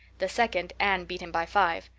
the second anne beat him by five.